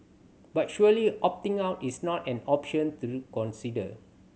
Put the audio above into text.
but surely opting out is not an option through consider